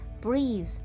breathe